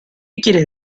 quieres